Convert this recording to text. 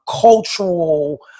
cultural